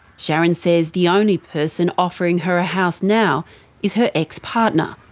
sharron says the only person offering her a house now is her ex-partner,